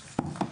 בבקשה.